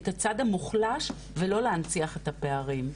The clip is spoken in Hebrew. את הצד המוחלש ולא להנציח את הפערים,